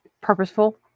Purposeful